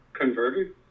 converted